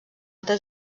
altra